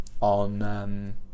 on